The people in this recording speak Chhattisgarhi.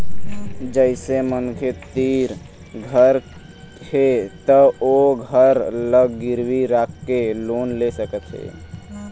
जइसे मनखे तीर घर हे त ओ घर ल गिरवी राखके लोन ले सकत हे